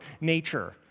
nature